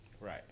Right